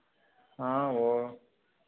हाँ वो